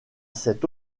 cet